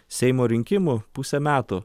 seimo rinkimų pusę metų